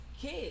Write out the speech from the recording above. kids